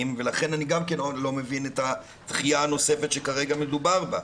ולכן אני לא מבין את הדחייה הנוספת שכרגע מדובר בה.